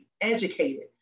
educated